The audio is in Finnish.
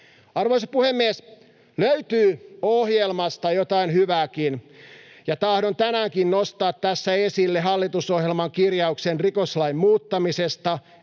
Arvoisa puhemies! Löytyy ohjelmasta jotain hyvääkin, ja tahdon tänäänkin nostaa tässä esille hallitusohjelman kirjauksen rikoslain muuttamisesta